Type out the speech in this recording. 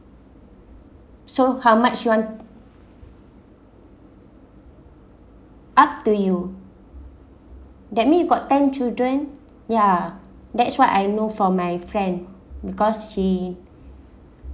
so how much you want up to you that mean you got ten children ya that's what I know from my friend because she